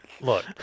look